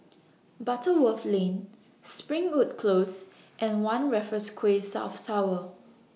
Butterworth Lane Springwood Close and one Raffles Quay South Tower